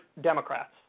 Democrats